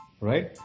right